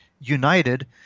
united